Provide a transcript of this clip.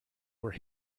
were